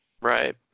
right